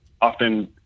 often